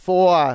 Four